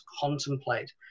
contemplate